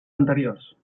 anteriors